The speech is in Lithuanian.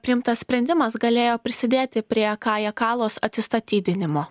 priimtas sprendimas galėjo prisidėti prie kaja kallos atsistatydinimo